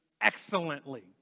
Excellently